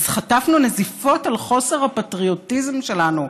אז חטפנו נזיפות על חוסר הפטריוטיזם שלנו.